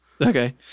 okay